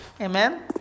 Amen